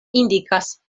indikas